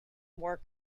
more